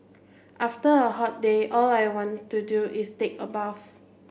after a hot day all I want to do is take a bath